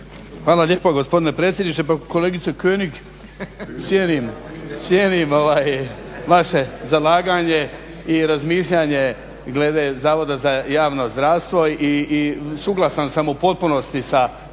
Hvala lijepo gospodine predsjedniče. Pa kolegice König cijenim vaše zalaganje i razmišljanje glede Zavoda za javno zdravstvo i suglasan sam u potpunosti sa